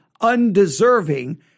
undeserving